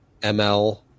ML